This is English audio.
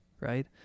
right